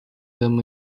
them